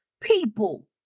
people